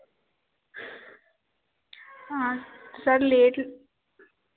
हाँ sir late